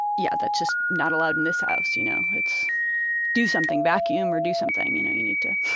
yeah, that's just not allowed in this house, you know. it's do something, vacuum or do something, you know, you need to,